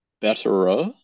betterer